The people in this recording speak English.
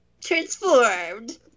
Transformed